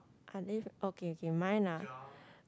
are they okay okay mine are